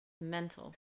Mental